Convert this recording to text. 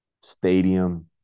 stadium